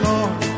Lord